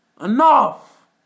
enough